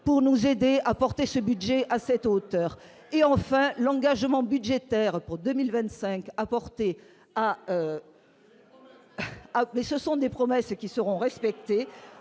pour nous aider à porter ce budget à cette hauteur et enfin l'engagement budgétaire pour 2025 à appelé ce sont des promesses qui seront respectés,